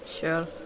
sure